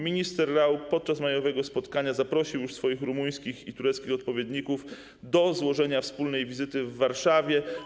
Minister Rau podczas majowego spotkania zaprosił już swoich rumuńskich i tureckich odpowiedników do złożenia wspólnej wizyty w Warszawie.